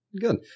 good